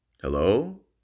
Hello